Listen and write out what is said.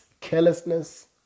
Carelessness